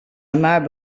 amar